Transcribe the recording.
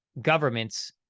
governments